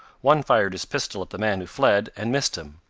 one fired his pistol at the man who fled, and missed him.